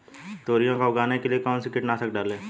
तोरियां को उगाने के लिये कौन सी कीटनाशक डालें?